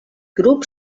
grup